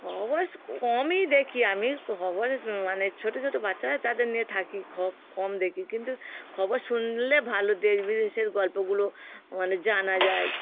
খবর কমই দেখি আমি খবর মানে ছোটো ছোটো বাচ্চারা তাদের নিয়ে থাকি খ কম দেখি কিন্তু খবর শুনলে ভালো দেশ বিদেশের গল্পগুলো মানে জানা যায়